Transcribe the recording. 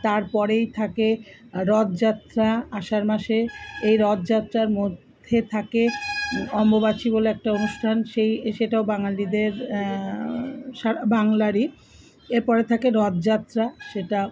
তারপরেই থাকে রথযাত্রা আষাঢ় মাসে এই রথযাত্রার মধ্যে থাকে অম্বুবাচী বলে একটা অনুষ্ঠান সেই সেটাও বাঙালিদের সারা বাংলারই এরপরে থাকে রথযাত্রা সেটা